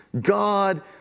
God